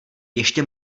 ještě